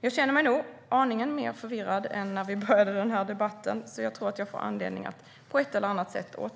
Jag känner mig nu aningen mer förvirrad än när vi började den här debatten, så jag tror att jag får anledning att återkomma på ett eller annat sätt.